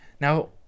Now